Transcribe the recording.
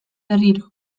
berriro